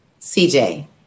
cj